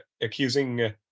accusing